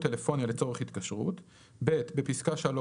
טלפוניה לצורך התקשרות"; (ב)בפסקה (3)